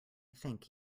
thank